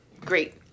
Great